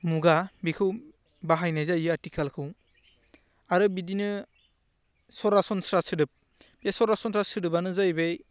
मुगा बेखौ बाहायनाय जायो आथिखालखौ आरो बिदिनो सरासनस्रा सोदोब बे सरासनस्रा सोदोबानो जाहैैबाय